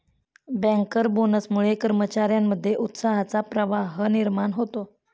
banker बोनसमुळे कर्मचार्यांमध्ये उत्साहाचा प्रवाह निर्माण होतो